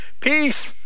peace